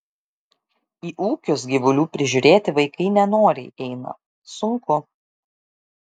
į ūkius gyvulių prižiūrėti vaikai nenoriai eina sunku